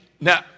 now